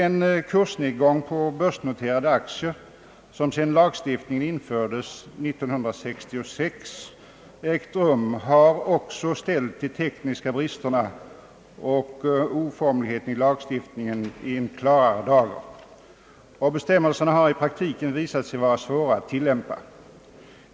Den kursnedgång på börsnoterade aktier som ägt rum sedan lagstiftningen infördes år 1966 har också ställt de tekniska bristerna och oformligheten i lagstiftningen i en allt klarare dager. Bestämmelserna har i praktiken visat sig vara svåra att tillämpa.